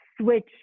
switch